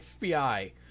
FBI